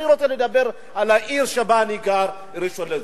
אני רוצה לדבר על העיר שבה אני גר, ראשון-לציון.